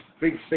Big